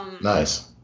Nice